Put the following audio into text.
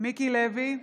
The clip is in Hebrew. מיקי לוי,